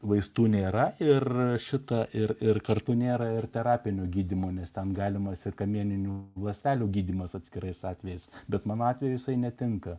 vaistų nėra ir šitą ir ir kartu nėra ir terapinio gydymo nes ten galimas kamieninių ląstelių gydymas atskirais atvejais bet mano atveju visai netinka